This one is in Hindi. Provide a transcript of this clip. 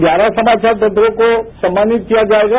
ग्यारह समाचार पत्रों को सम्मानित किया जायेगा